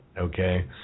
okay